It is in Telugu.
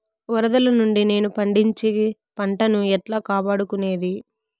వరదలు నుండి నేను పండించే పంట ను ఎట్లా కాపాడుకునేది?